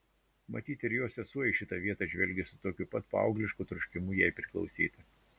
matyt ir jos sesuo į šitą vietą žvelgė su tokiu pat paauglišku troškimu jai priklausyti